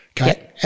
okay